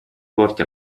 porti